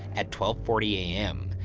at twelve forty am,